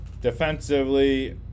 Defensively